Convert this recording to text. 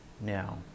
Now